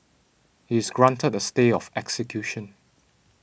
he is granted a stay of execution